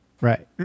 Right